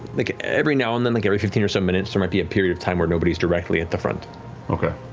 like every now and then, like every fifteen or so minutes, there might be a period of time where nobody's directly at the front. travis okay.